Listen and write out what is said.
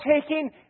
taking